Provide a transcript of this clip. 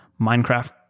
Minecraft